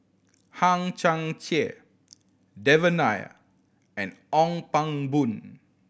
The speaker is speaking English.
Hang Chang Chieh Devan Nair and Ong Pang Boon